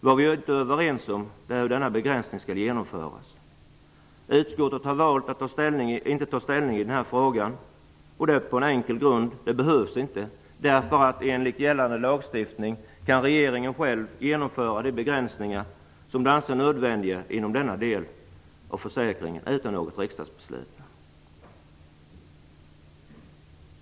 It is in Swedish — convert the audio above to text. Vad vi inte är överens om är hur denna begränsning skall genomföras. Utskottet har valt att inte ta ställning i denna fråga. Det har gjorts av det enkla skälet att det inte behövs. Enligt gällande lagstiftning kan regeringen själv genomföra de begränsningar som den anser nödvändiga inom denna del av försäkringen utan något riksdagsbeslut.